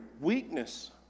weakness